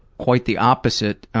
quite the opposite,